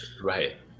Right